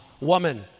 woman